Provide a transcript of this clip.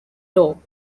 law